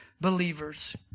believers